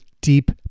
deep